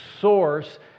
source